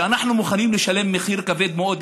שאנחנו מוכנים לשלם מחיר כבד מאוד,